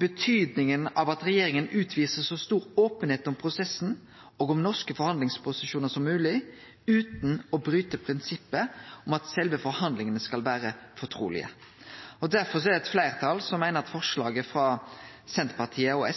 betydninga av at regjeringa utviser så stor openheit om prosessen og om norske forhandlingsposisjonar som mogleg, utan å bryte prinsippet om at sjølve forhandlingane skal vere fortrulege. Og derfor er det eit fleirtal som meiner at forslaget frå Senterpartiet og